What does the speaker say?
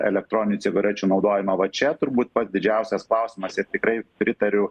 elektroninių cigarečių naudojimą va čia turbūt pats didžiausias klausimas ir tikrai pritariu